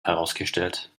herausgestellt